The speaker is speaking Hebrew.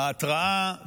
ההתרעה וההכרעה,